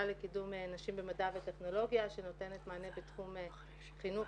לקידום נשים במדע וטכנולוגיה שנותנת מענה בתחום חינוך,